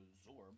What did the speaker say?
absorb